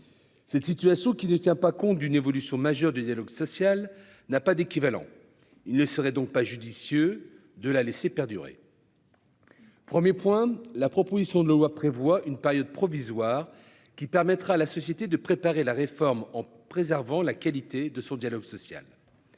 Cette situation, qui ne tient pas compte d'une évolution majeure du dialogue social, n'a pas d'équivalent. Il ne serait donc pas judicieux de la laisser perdurer. La proposition de loi prévoit une période de transition, qui permettra à la société de préparer la réforme en préservant la qualité de son dialogue social.